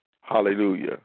Hallelujah